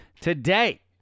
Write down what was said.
today